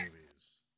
movies